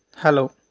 hello